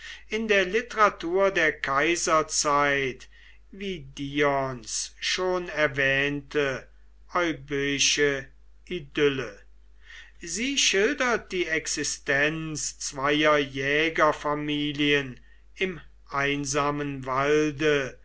in der literatur der kaiserzeit wie dions schon erwähnte euböische idylle sie schildert die existenz zweier jägerfamilien im einsamen walde